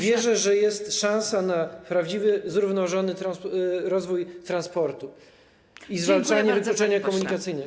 Wierzę, że jest szansa na prawdziwy, zrównoważony rozwój transportu i zwalczanie wykluczenia komunikacyjnego.